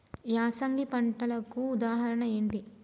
యాసంగి పంటలకు ఉదాహరణ ఏంటి?